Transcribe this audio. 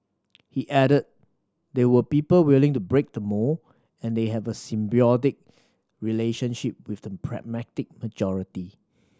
he added there were people willing to break the mould and they had a symbiotic relationship with the pragmatic majority